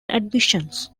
admissions